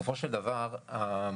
אני מסכים איתך.